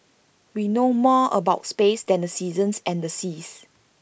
we know more about space than the seasons and the seas